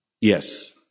Yes